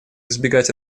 избегать